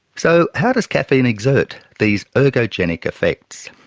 so how does caffeine exert these ergogenic effects?